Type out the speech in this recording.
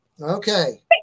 Okay